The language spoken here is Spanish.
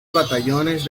batallones